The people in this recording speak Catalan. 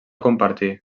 compartir